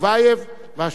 והשלישי,